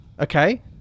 Okay